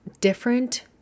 different